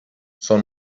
son